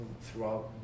throughout